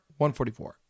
144